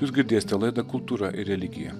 jūs girdėsite laidą kultūra ir religija